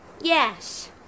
Yes